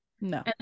no